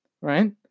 right